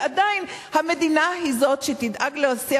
ועדיין המדינה היא שתדאג להסיע,